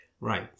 Right